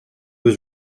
was